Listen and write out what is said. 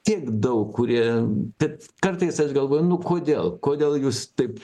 tiek daug kurie bet kartais aš galvoju nu kodėl kodėl jūs taip